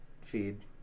feed